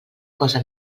cosa